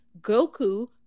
goku